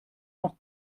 noch